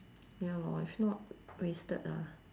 ya lor if not wasted ah